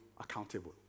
accountable